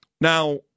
Now